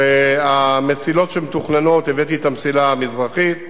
והמסילות שמתוכננות, הבאתי את המסילה המזרחית.